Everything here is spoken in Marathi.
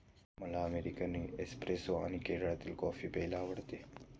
मला अमेरिकन एस्प्रेसो आणि केरळातील कॉफी प्यायला आवडते